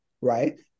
right